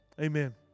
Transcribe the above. Amen